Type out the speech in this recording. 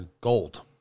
gold